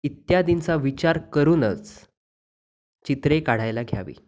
इत्यादींचा विचार करूनच चित्रे काढायला घ्यावी